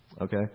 Okay